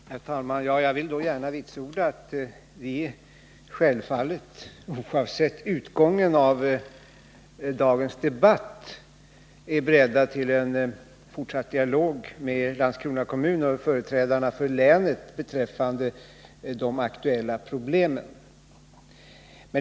Herr talman! Jag vill gärna vitsorda att vi självfallet, oavsett utgången av dagens debatt, är beredda till en fortsatt dialog med Landskrona kommun och företrädarna för länet beträffande de aktuella problemen.